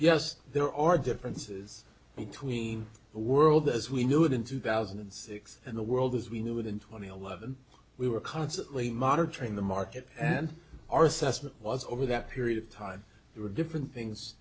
yes there are differences between the world as we knew it in two thousand and six and the world as we knew it in twenty eleven we were constantly monitoring the market and our assessment was over that period of time there were different things